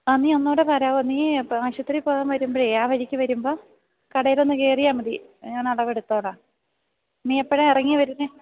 ആ നീ ഒന്നുകൂടെ വരാമോ നീ ആശുപത്രി പോകാൻ വരുമ്പോഴേ ആ വഴിക്ക് വരുമ്പം കടയിലൊന്ന് കയറിയാൽ മതി ഞാൻ അളവ് എടുത്തോളാം നീ എപ്പോഴാണ് ഇറങ്ങി വരുന്നത്